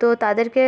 তো তাদেরকে